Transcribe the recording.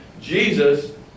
Jesus